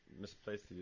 misplaced